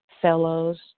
fellows